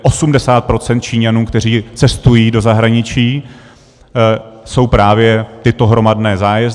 Osmdesát procent Číňanů, kteří cestují do zahraničí, jsou právě tyto hromadné zájezdy.